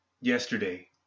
Yesterday